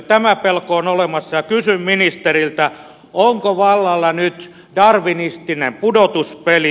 tämä pelko on olemassa ja kysyn ministeriltä onko vallalla nyt darwinistinen pudotuspeli